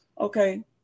Okay